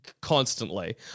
constantly